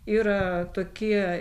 yra tokie